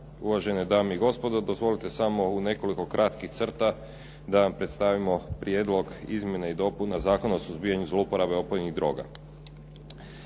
Uvažene dame i gospodo. Dozvolite samo u nekoliko kratkih crta da vam predstavimo Prijedlog izmjena i dopuna Zakona o suzbijanju zlouporabe opojnih droga.